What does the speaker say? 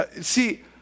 See